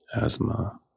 asthma